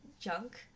junk